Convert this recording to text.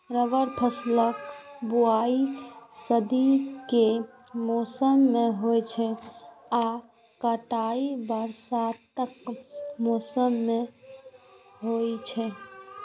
रबी फसलक बुआइ सर्दी के मौसम मे होइ छै आ कटाइ वसंतक मौसम मे होइ छै